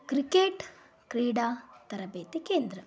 cricket ಕ್ರೀಡಾ ತರಬೇತಿ ಕೇಂದ್ರ